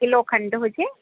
ॿ किलो खंडु हुजे